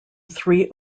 three